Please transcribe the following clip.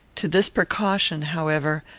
to this precaution, however,